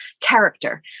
character